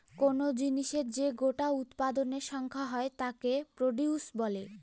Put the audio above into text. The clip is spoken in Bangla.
কোন জিনিসের যে গোটা উৎপাদনের সংখ্যা হয় তাকে প্রডিউস বলে